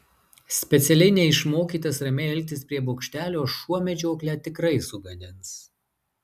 specialiai neišmokytas ramiai elgtis prie bokštelio šuo medžioklę tikrai sugadins